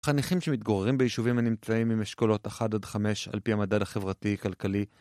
חניכים שמתגוררים ביישובים הנמצאים עם אשכולות 1 עד 5 על פי המדד החברתי-כלכלי